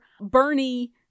Bernie